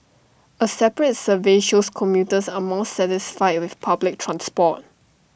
A separate survey shows commuters are more satisfied with public transport